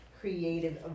creative